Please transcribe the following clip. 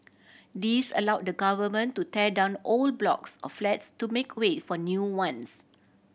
this allow the Government to tear down old blocks of flats to make way for new ones